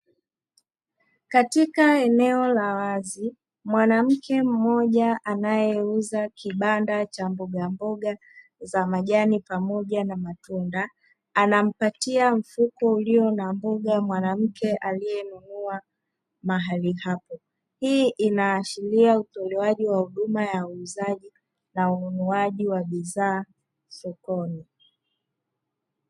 Katika eneo la wazi, mwanamke mmoja anayeuza kibanda cha mbogamboga za majani pamoja na matunda, anampatia mfuko ulio na mboga, mwanamke aliyenunua mahali hapo. Hii inaashiria utolewaji wa huduma ya uuzaji na ununuaji wa bidhaa sokoni.